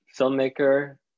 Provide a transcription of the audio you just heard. filmmaker